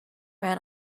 ran